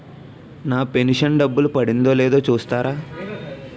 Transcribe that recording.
నా pension డబ్బులు పడిందో లేదో చూస్తారా?